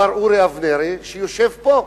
מר אורי אבנרי, שיושב פה.